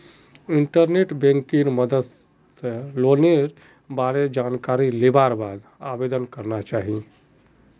internet बैंकिंगेर मदद स लोनेर बार जानकारी लिबार बाद आवेदन करना चाहिए